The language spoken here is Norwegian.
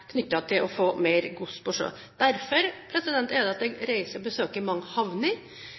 knyttet til å få mer gods på sjø. Derfor er det at jeg reiser og besøker mange